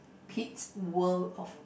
Petes world of